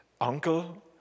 uncle